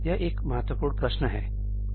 यह एक बहुत महत्वपूर्ण प्रश्न है